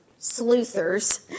sleuthers